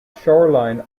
shoreline